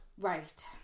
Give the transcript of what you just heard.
Right